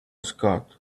scott